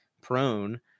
prone